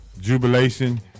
jubilation